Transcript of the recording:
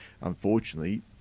unfortunately